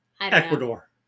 Ecuador